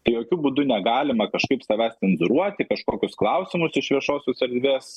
tai jokiu būdu negalima kažkaip savęs cenzūruoti kažkokius klausimus iš viešosios erdvės